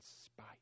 spite